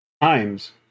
Times